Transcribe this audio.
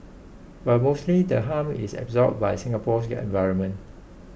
but mostly the harm is absorbed by Singapore's environment